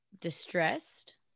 Distressed